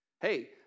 Hey